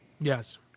Yes